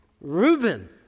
Reuben